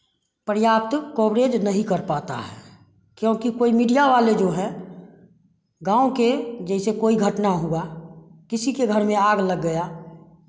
पर्याप्त कवरेज नहीं कर पाता है क्योंकि कोई मीडिया वाले जो है गाँव के जैसे कोई घटना हुआ किसी के घर में आग लग गया